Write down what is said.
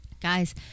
guys